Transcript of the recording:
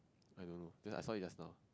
I don't know just I saw it just now